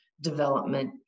development